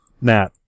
Nat